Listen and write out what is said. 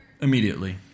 immediately